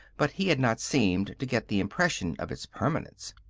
but he had not seemed to get the impression of its permanence.